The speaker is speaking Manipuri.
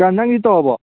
ꯅꯪꯗꯤ ꯇꯧꯔꯕꯣ